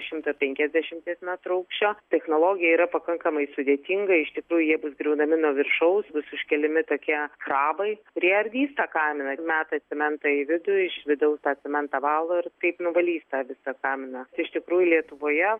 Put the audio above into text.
šimto penkiasdešimties metrų aukščio technologija yra pakankamai sudėtinga iš tikrųjų jie bus griaunami nuo viršaus bus užkeliami tokie krabai kurie ardys tą kaminą metasi mentai vidų iš vidaus tą cementą valo ir taip nuvalys tą visą kaminą iš tikrųjų lietuvoje